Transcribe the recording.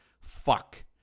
Fuck